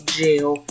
jail